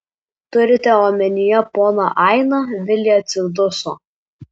turite omenyje poną ainą vilė atsiduso